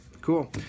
Cool